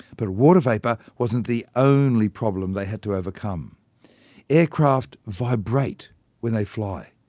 but water vapour wasn't the only problem they had to overcome aircraft vibrate when they fly,